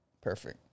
Perfect